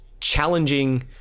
challenging